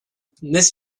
this